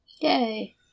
Yay